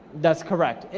that's correct,